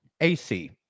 ac